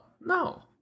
No